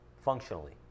Functionally